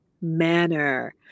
manner